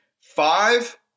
Five